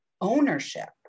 ownership